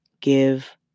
give